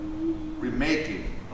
remaking